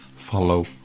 follow